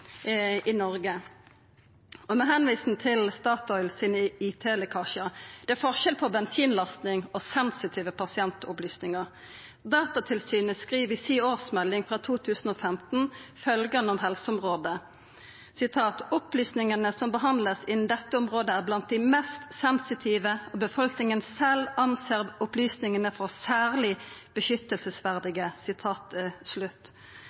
i Noreg. Og med referanse til Statoil sine IT-lekkasjar er det skilnad på bensinlasting og sensitive pasientopplysningar. Datatilsynet skriv i si årsmelding frå 2015 følgjande om helseområdet: «Opplysningene som behandles innen dette området er blant de mest sensitive, og befolkningen selv anser opplysningene for særlig